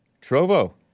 Trovo